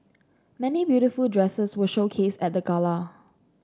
many beautiful dresses were showcased at the gala